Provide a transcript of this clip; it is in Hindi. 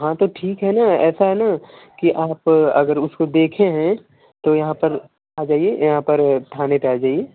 हाँ तो ठीक है न ऐसा है न कि आप अगर उसको देखे हैं तो यहाँ पर आ जाइए यहाँ पर थाने पर आ जाइए